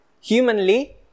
humanly